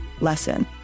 lesson